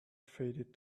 faded